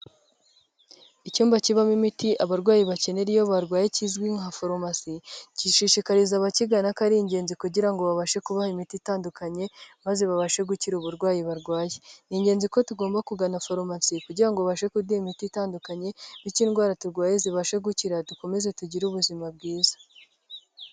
Icyumba kibamo imiti abarwayi bakenera iyo barwaye kizwi nka farumasi, gishishikariza abakigana ko ari ingenzi kugira ngo babashe kubaha imiti itandukanye, maze babashe gukira uburwayi barwaye. Ni ingenzi ko tugomba kugana faromasi kugira babashe kuduha imiti itandukanye bityo indwara turwaye zibashe gukira, dukomeze tugire ubuzima bwiza.